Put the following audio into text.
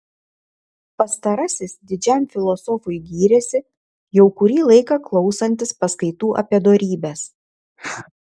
pastarasis didžiam filosofui gyrėsi jau kurį laiką klausantis paskaitų apie dorybes